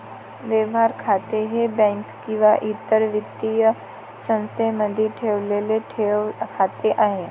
व्यवहार खाते हे बँक किंवा इतर वित्तीय संस्थेमध्ये ठेवलेले ठेव खाते आहे